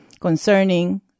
concerning